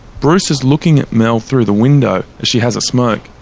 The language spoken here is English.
bruce is looking at mel through the window as she has a smoke.